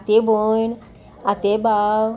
आते भयण आते भाव